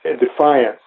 defiance